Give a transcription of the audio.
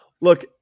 look